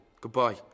Goodbye